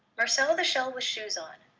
marcel the shell with shoes on.